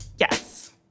Yes